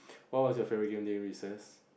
what was your favourite game during recess